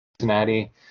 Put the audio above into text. Cincinnati